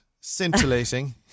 scintillating